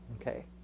okay